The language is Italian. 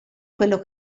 quello